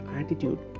attitude